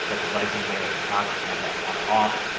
got the legend there at the top. you can have that on or off.